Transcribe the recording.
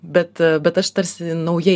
bet bet bet aš tarsi naujai